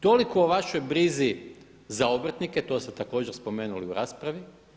Toliko o vašoj brizi za obrtnike, to ste također spomenuli u raspravi.